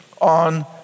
on